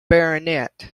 baronet